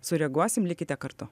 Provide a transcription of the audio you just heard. sureaguosim likite kartu